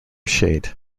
shade